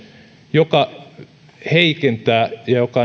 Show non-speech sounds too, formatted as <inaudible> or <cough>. joka heikentää ja joka <unintelligible>